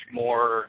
more